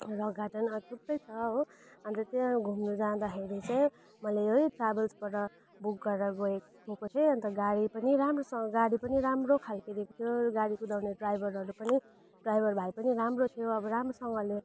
rock garden अँ थुप्रै छ हो अन्त त्यहाँ घुम्नु जाँदाखेरि चाहिँ मैले यही ट्राभल्सबाट बुक गरेर गएँ गएको थिएँ अन्त गाडी पनि राम्रोसँग गाडी पनि राम्रो खालको दिएको थियो गाडी कुदाउने ड्राइभरहरू पनि ड्राइभर भाइ पनि राम्रो थियो अब राम्रोसँगले